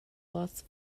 las